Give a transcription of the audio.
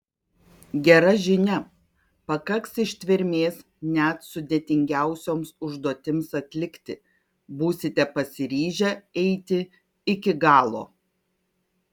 gera žinia pakaks ištvermės net sudėtingiausioms užduotims atlikti būsite pasiryžę eiti iki galo